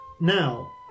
Now